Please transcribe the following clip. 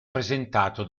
presentato